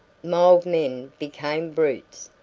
mild men became brutes,